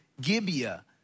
Gibeah